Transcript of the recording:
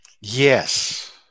Yes